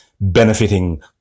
benefiting